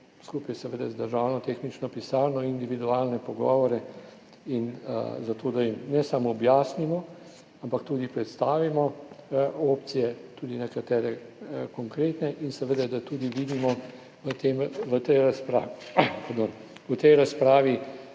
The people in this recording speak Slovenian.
skupaj z Državno tehnično pisarno, individualne pogovore, zato da jim ne samo objasnimo, ampak tudi predstavimo opcije, tudi nekatere konkretne, in seveda da tudi vidimo v tej razpravi,